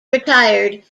retired